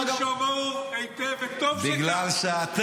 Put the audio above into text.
הוא שמור היטב, וטוב שכך, טוב שכך.